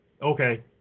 Okay